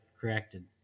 corrected